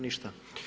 Ništa.